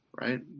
right